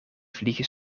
vliegen